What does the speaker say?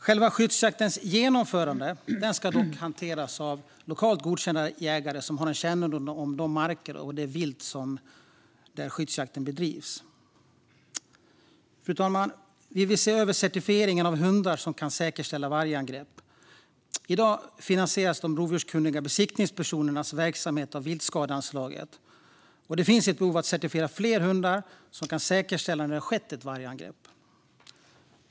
Själva skyddsjaktens genomförande ska dock hanteras av lokalt godkända jägare som har kännedom om de marker och det vilt där skyddsjakten bedrivs. Fru talman! Vi vill se över certifieringen av hundar som kan säkerställa vargangrepp. I dag finansieras de rovdjurskunniga besiktningspersonernas verksamhet av viltskadeanslaget. Det finns ett behov av att certifiera fler hundar som kan säkerställa att det har skett ett vargangrepp.